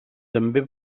també